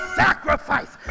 sacrifice